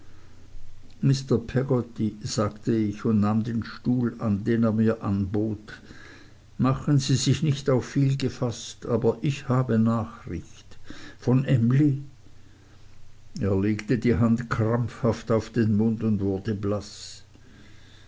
mr peggotty sagte ich und nahm den stuhl an den er mir anbot machen sie sich nicht auf viel gefaßt aber ich habe nachricht von emly er legte die hand krampfhaft auf den mund und wurde blaß